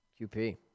QP